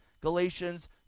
galatians